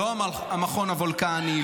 לא על מכון וולקני,